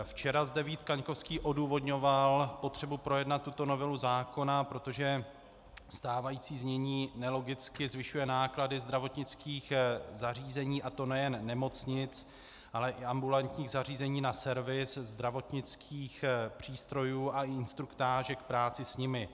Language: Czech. Včera zde Vít Kaňkovský odůvodňoval potřebu projednat tuto novelu zákona, protože stávající znění nelogicky zvyšuje náklady zdravotnických zařízení, a to nejen nemocnic, ale i ambulantních zařízení na servis zdravotnických přístrojů a instruktáže k práci s nimi.